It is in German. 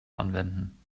anwenden